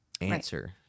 answer